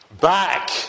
back